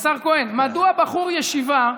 מדוע בחור ישיבה,